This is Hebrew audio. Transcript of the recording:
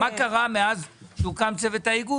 מה קרה מאז שהוקם צוות ההיגוי,